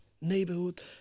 neighborhood